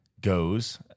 goes